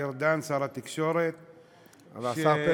אדוני היושב-ראש,